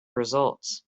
results